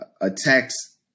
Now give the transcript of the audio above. attacks